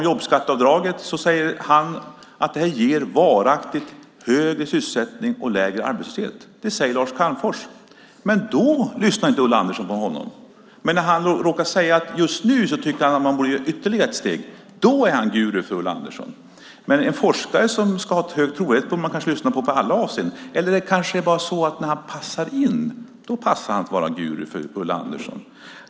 Jobbskatteavdraget ger enligt honom varaktigt högre sysselsättning och lägre arbetslöshet. Det säger Lars Calmfors, men då lyssnar inte Ulla Andersson. Men nu när han säger att man ska gå ytterligare ett steg är han guru för Ulla Andersson. En forskare som har hög trovärdighet borde man kanske lyssna på alltid. Eller är det bara när han passar in som han är guru för Ulla Andersson?